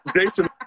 Jason